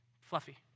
fluffy